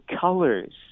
colors